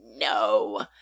no